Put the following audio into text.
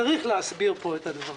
צריך להסביר פה את הדברים.